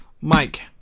Mike